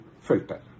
filter